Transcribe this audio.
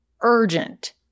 urgent